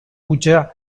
puja